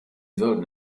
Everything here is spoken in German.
sollten